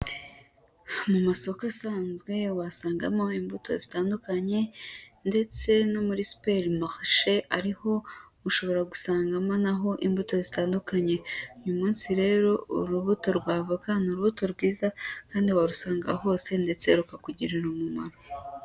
Mu masoko asanzweyo wasangamo imbuto zitandukanye ndetse no muri super marche ariho ushobora gusangamo naho imbuto zitandukanye, uyu munsi rero urubuto rw'avoka ni urubuto rwiza kandi warusanga hose ndetse rukakugirira umumaro.